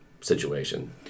situation